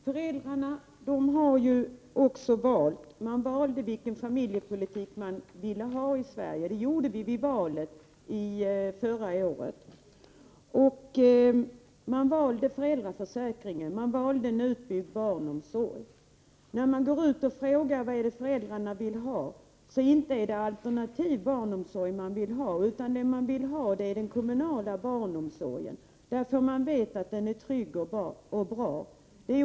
Föräldrarna har ju valt vilken familjepolitik vi skall ha i Sverige. Det gjorde man vid valet förra året. Man valde föräldraförsäkringen och en utbyggd barnomsorg. Om man går ut och frågar vad föräldrarna vill ha, så inte får man till svar alternativ barnomsorg, utan man vill ha kommunal barnomsorg därför att man vet att den är trygg och bra.